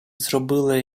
зробила